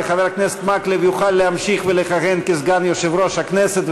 וחבר הכנסת מקלב יוכל להמשיך ולכהן כסגן יושב-ראש הכנסת,